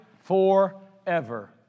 forever